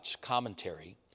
commentary